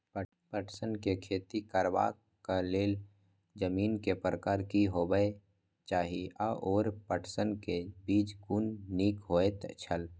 पटसन के खेती करबाक लेल जमीन के प्रकार की होबेय चाही आओर पटसन के बीज कुन निक होऐत छल?